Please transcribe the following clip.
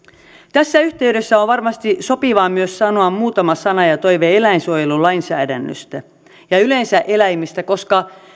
tässä yhteydessä on varmasti sopivaa myös sanoa muutama sana ja toive eläinsuojelulainsäädännöstä ja yleensä eläimistä koska